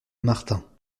martin